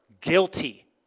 guilty